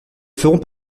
ferons